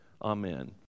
Amen